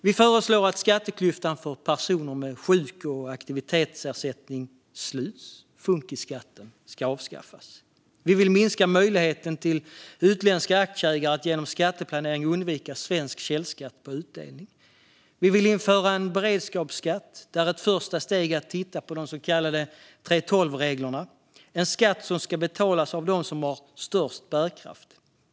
Vi föreslår att skatteklyftan för personer med sjuk och aktivitetsersättning sluts. Funkisskatten ska avskaffas. Vi vill minska möjligheten för utländska aktieägare att genom skatteplanering undvika svensk källskatt på utdelning. Vi vill införa en beredskapsskatt där ett första steg är att titta på de så kallade 3:12-reglerna. Det är en skatt som ska betalas av dem som har störst bärkraft.